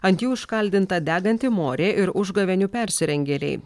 ant jų iškaldinta deganti morė ir užgavėnių persirengėliai